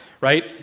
right